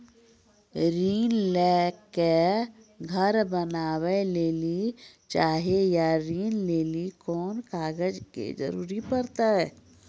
ऋण ले के घर बनावे लेली चाहे या ऋण लेली कोन कागज के जरूरी परतै?